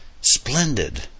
splendid